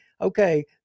okay